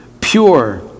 pure